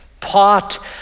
pot